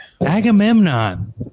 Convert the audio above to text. Agamemnon